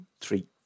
three